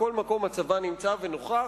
בכל מקום הצבא נמצא ונוכח,